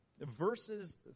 verses